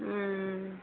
ହୁ